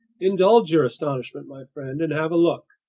indulge your astonishment, my friend, and have a look,